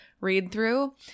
read-through